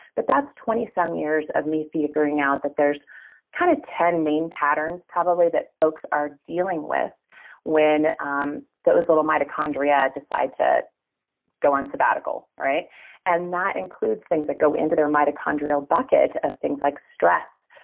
but that's twenty some years of me figuring out that there's kind of ten main patterns, probably, that folks are dealing with when um those little mitochondria decide to go on sabbatical. and that includes things that go into their mitochondrial bucket of things like stress,